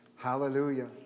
Hallelujah